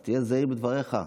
אז תהיה זהיר בדבריך,